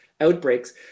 outbreaks